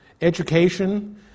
education